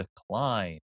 decline